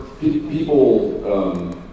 people